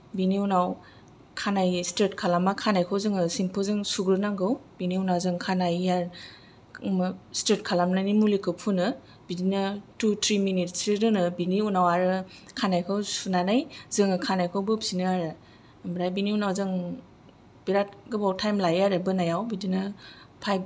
बिनि उनाव खानाय स्ट्राइट खालामब्ला खानायखौ जोङो शेम्पुजों सुग्रोनांगौ बिनि उनाव जों खानाय हेयार स्ट्राइट खालामनायनि मुलिखौ फुनो बिदिनो टु ट्रि मिनिटसो दोनो बिनि उनाव आरो खानायखौ सुनानै जोङो खानायखौ बोफिनो आरो ओमफ्राय बिनि उनाव जों बिराद गोबाव टाइम लायो आरो बोनायाव बिदिनो फाइभ